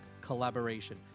Collaboration